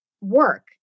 work